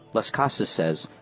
las casas says,